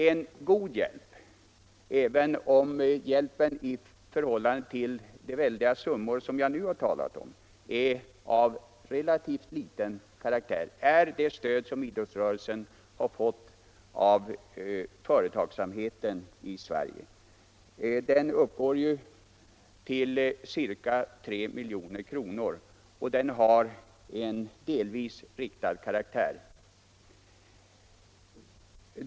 En god hjälp — även om den i förhållande till de väldiga summor som jag nu talat om är av relativt liten omfattning — är det stöd som idrottsrörelsen har fått av företagsamheten i Sverige. Den hjälpen uppgår till ca 3 milj.kr. och har en delvis riktad karaktär.